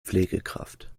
pflegekraft